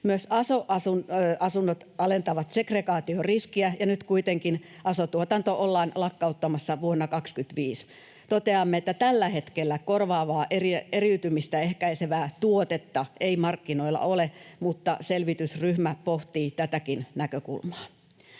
Myös aso-asunnot alentavat segregaatioriskiä, ja nyt kuitenkin aso-tuotanto ollaan lakkauttamassa vuonna 25. Toteamme, että tällä hetkellä korvaavaa, eriytymistä ehkäisevää tuotetta ei markkinoilla ole, mutta selvitysryhmä pohtii tätäkin näkökulmaa.